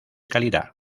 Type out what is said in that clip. calidad